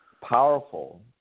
powerful